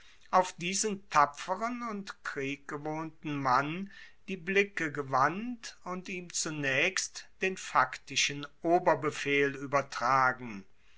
auf diesen tapferen und krieggewohnten mann die blicke gewandt und ihm zunaechst den faktischen oberbefehl uebertragen